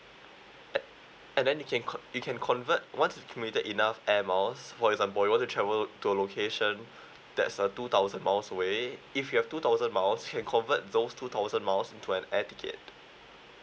and and then you can con~ you can convert once you accumulated enough air miles for example you want to travel to a location that's uh two thousand miles away if you have two thousand miles you can convert those two thousand miles into an air ticket